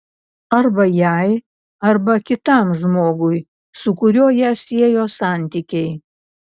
arba jai arba kitam žmogui su kuriuo ją siejo santykiai